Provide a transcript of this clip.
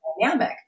dynamic